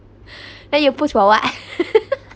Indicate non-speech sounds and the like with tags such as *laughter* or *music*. *breath* then you push for what *laughs*